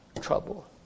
trouble